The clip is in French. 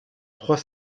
trois